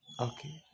Okay